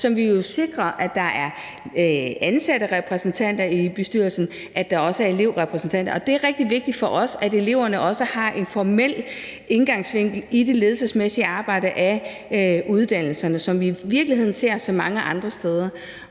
så vi jo sikrer, at der er ansatte som repræsentanter i bestyrelsen, og at der også er elevrepræsentanter. Det er rigtig vigtigt for os, at eleverne også har en formel indgangsvinkel i det ledelsesmæssige arbejde af uddannelserne, som vi i virkeligheden ser så mange andre steder.